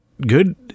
good